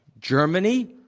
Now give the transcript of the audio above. germany,